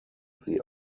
sie